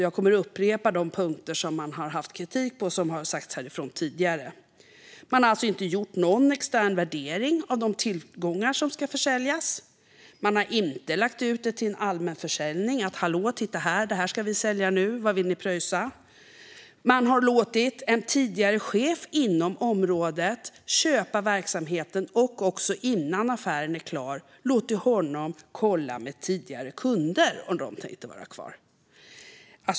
Jag kommer att upprepa de punkter av kritiken som har nämnts härifrån tidigare. Man har alltså inte gjort någon extern värdering av de tillgångar som skulle försäljas. Man har heller inte lagt ut dessa till allmän försäljning. Man har inte sagt: Hallå, titta här! Det här ska vi sälja nu. Vad vill ni pröjsa? Man har låtit en tidigare chef inom området köpa verksamheten och, innan affären varit klar, låtit honom kolla med tidigare kunder om de tänkt vara kvar.